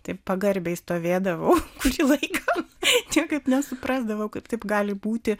taip pagarbiai stovėdavau kurį laiką niekaip nesuprasdavau kad taip gali būti